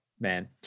man